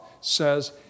says